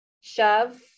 shove